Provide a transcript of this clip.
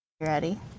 ready